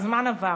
הזמן עבר.